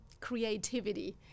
creativity